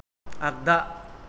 आगदा